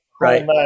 right